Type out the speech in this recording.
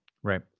right.